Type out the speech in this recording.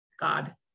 god